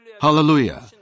Hallelujah